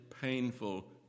painful